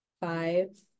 Five